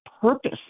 purpose